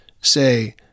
say